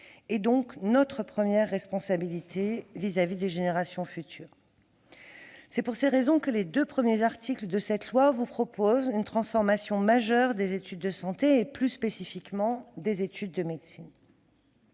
et donc notre première responsabilité vis-à-vis des générations futures. C'est pour ces raisons que les deux premiers articles de ce projet de loi vous proposent une transformation majeure des études de santé et, plus spécifiquement, des études de médecine.